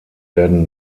werden